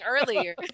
earlier